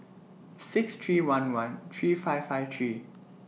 six three one one three five five three